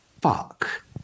fuck